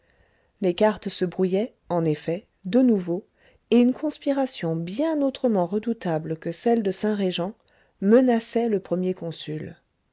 les cartes se brouillaient en effet de nouveau et une conspiration bien autrement redoutable que celle de saint rejant menaçait le premier consul